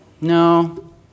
No